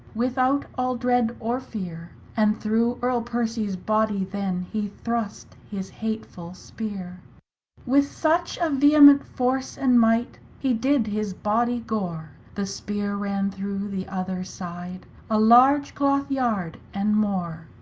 without all dread or feare, and through earl percyes body then he thrust his hatefull spere with such a vehement force and might he did his body gore, the speare ran through the other side a large cloth-yard, and more.